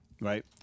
right